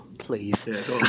Please